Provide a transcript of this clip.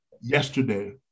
yesterday